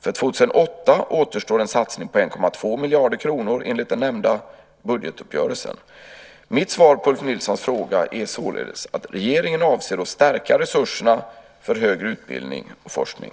För 2008 återstår en satsning på 1,2 miljarder kronor enligt den nämnda budgetuppgörelsen. Mitt svar på Ulf Nilssons fråga är således att regeringen avser att stärka resurserna för högre utbildning och forskning.